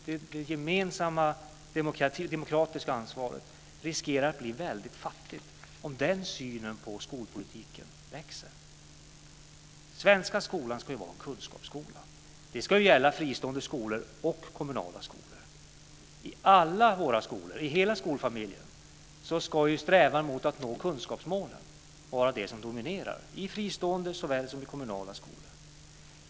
Det gemensamma demokratiska ansvaret riskerar att bli fattigt om den synen på skolpolitiken växer fram. Svenska skolan ska vara en kunskapsskola. Det ska gälla fristående skolor och kommunala skolor. I alla våra skolor, i hela skolfamiljen, ska strävan mot att nå kunskapsmålen dominera. Det ska gälla i fristående skolor såväl som i kommunala skolor.